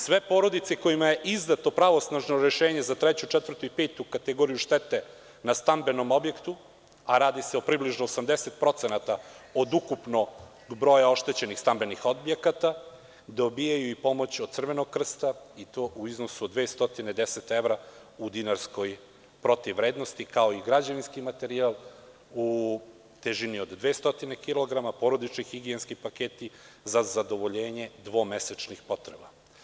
Sve porodice kojima je izdato pravosnažno rešenje za treću, četvrtu, petu kategoriju štete na stambenom objektu, a radi se približno o 80% od ukupnog broja oštećenih stambenih objekata, dobijaju i pomoć od Crvenog krsta, i to u iznosu od 210 evra u dinarskoj protivvrednosti, kao i građevinski materijal u težini od 200 kg, porodični higijenski paketi za zadovoljenje dvomesečnih potreba.